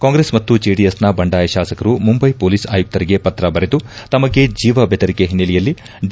ಕಾಂಗ್ರೆಸ್ ಮತ್ತು ಜೆಡಿಎಸ್ನ ಬಂಡಾಯ ಶಾಸಕರು ಮುಂಬೈ ಪೊಲೀಸ್ ಆಯುಕ್ತರಿಗೆ ಪತ್ರ ಬರೆದು ತಮಗೆ ಜೀವ ಬೆದರಿಕೆ ಹಿನ್ನೆಲೆಯಲ್ಲಿ ಡಿ